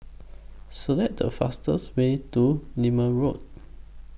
Select The fastest Way to Lermit Road